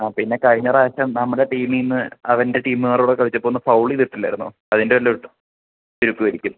ആ പിന്നെ കഴിഞ്ഞ പ്രാവശ്യം നമ്മുടെ ടീമീന്ന് അവന്റെ ടീമ്കാരുടെ കൂടെ കളിച്ചപ്പം ഒന്ന് ഫൗളേയിട്ടില്ലായിരുന്നോ അതിന്റെ വല്ലതും ഇട്ടോ ഇരിത്തുമായിരിക്കും